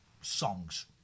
songs